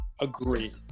Agree